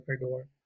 door